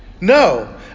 No